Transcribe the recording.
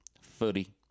footy